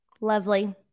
Lovely